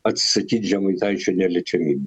atsisakyt žemaitaičio neliečiamyb